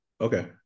Okay